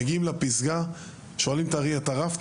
מגיעים לפסגה, שואלים את האריה: טרפת?